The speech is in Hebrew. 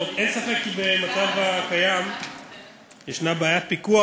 אין ספק כי במצב הקיים יש בעיית פיקוח